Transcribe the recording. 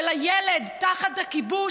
של הילד תחת הכיבוש.